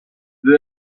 the